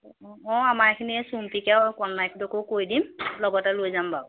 অঁ আমাৰ এইখিনিৰে চুম্পিকে কনমাইহঁতকো কৈ দিম লগতে লৈ যাম বাৰু